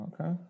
Okay